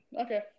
okay